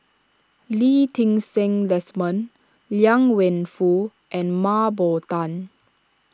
Lee Ti Seng Desmond Liang Wenfu and Mah Bow Tan